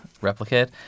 replicate